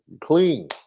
clean